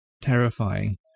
terrifying